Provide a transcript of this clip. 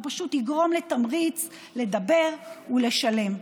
הוא פשוט יגרום לתמריץ לדבר ולשלם.